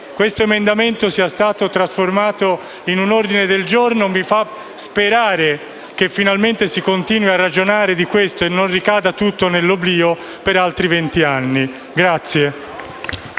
questo emendamento sia stato trasformato in un ordine del giorno mi fa sperare che finalmente si continui a ragionare di questo e non cada tutto nell'oblio per altri vent'anni.